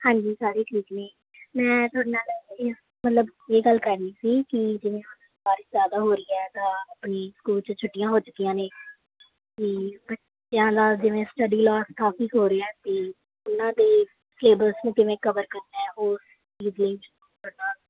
ਹਾਂਜੀ ਸਾਰੇ ਠੀਕ ਨੇ ਮੈਂ ਤੁਹਾਡੇ ਨਾਲ ਮਤਲਬ ਇਹ ਗੱਲ ਕਰਨੀ ਸੀ ਕਿ ਜਿਵੇਂ ਹੁਣ ਬਾਰਿਸ਼ ਜ਼ਿਆਦਾ ਹੋ ਰਹੀ ਹੈ ਤਾਂ ਵੀ ਸਕੂਲ 'ਚ ਛੁੱਟੀਆਂ ਹੋ ਚੁੱਕੀਆਂ ਨੇ ਅਤੇ ਬੱਚਿਆਂ ਦਾ ਜਿਵੇਂ ਸਟੱਡੀ ਲੋਸ ਕਾਫੀ ਹੋ ਰਿਹਾ ਸੀ ਉਹਨਾਂ ਦੇ ਸਿਲੇਬਸ ਨੂੰ ਕਿਵੇਂ ਕਵਰ ਕਰਨਾ ਉਹ